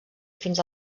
fins